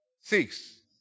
Six